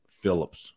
Phillips